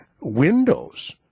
windows